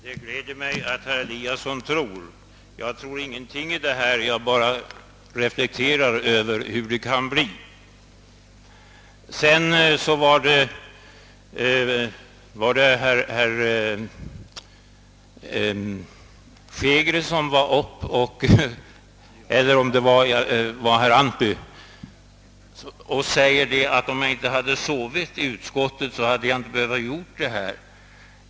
Herr talman! Det gläder mig att herr Eliasson i Moholm »tror». Jag tror ingening i detta fall — jag bara reflekterar över hur det kan bli. Jag vet inte om det var herr Hansson i Skegrie eller herr Antby som sade, att om jag inte hade sovit i utskottet, så hade vi inte behövt föra denna diskussion.